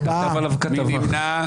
מי נמנע?